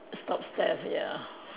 stops death ya